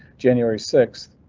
january sixth,